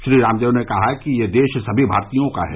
श्री रामदेव ने कहा कि यह देश सभी भारतीयों का है